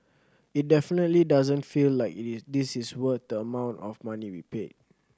it definitely doesn't feel like it is this is worth the amount of money we paid